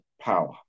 power